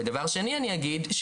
דבר שני אני אגיד,